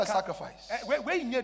sacrifice